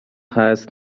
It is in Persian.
هست